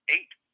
eight